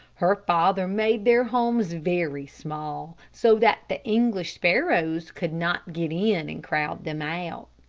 her father made their homes very small, so that the english sparrows could not get in and crowd them out.